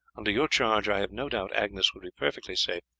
under your charge i have no doubt agnes would be perfectly safe,